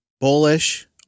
bullish